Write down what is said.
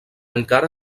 encara